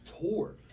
tour